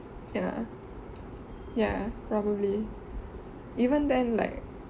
ya ya probably even then like